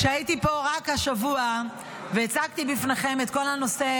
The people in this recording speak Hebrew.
כשהייתי פה רק השבוע והצגתי בפניכם את כל הנושא,